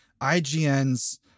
IGN's